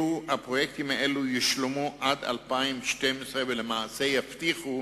הפרויקטים האלו יושלמו עד 2012 ולמעשה יבטיחו